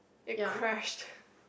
it crashed